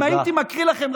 אם הייתי מקריא לכם,